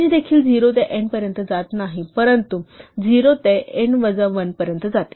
range देखील 0 ते n पर्यंत जात नाही परंतु 0 ते n वजा 1 पर्यंत जाते